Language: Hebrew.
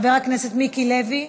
חבר הכנסת מיקי לוי,